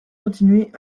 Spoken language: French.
continuer